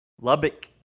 Lubbock